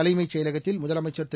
தலைமைச் செயலகத்தில் முதலமைச்சர் திரு